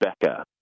Becca